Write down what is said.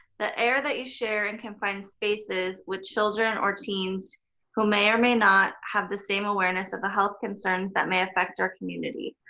the air that you share in confined spaces with children or teens who may or may not have the same awareness of the health concerns that may affect our community.